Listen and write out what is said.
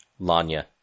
Lanya